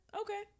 okay